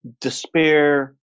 despair